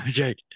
right